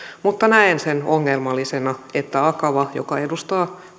mutta näen sen ongelmallisena että akava joka edustaa